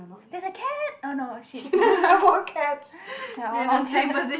there's a cat oh not shit a long cat